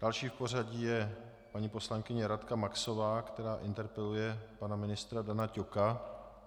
Další v pořadí je paní poslankyně Radka Maxová, která interpeluje pana ministra Dana Ťoka.